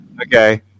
Okay